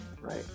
right